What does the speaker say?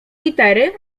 litery